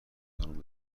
سامون